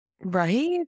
Right